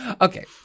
Okay